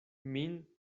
min